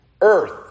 Earth